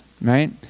right